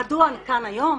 מדוע אני כאן היום?